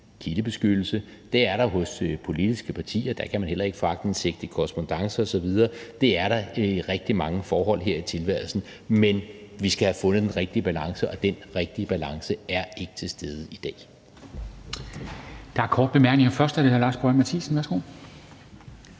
kildebeskyttelse – det er der hos politiske partier. Der kan man heller ikke få aktindsigt i korrespondancer osv. Sådan er det i rigtig mange forhold her i tilværelsen. Men vi skal have fundet den rette balance, og den rigtige balance er ikke til stede i dag. Kl. 11:25 Formanden (Henrik Dam Kristensen): Der